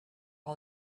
all